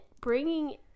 bringing